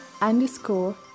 underscore